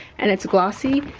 and it's glossy.